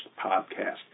podcast